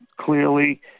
Clearly